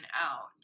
out